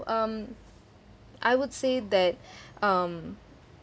um I would say that um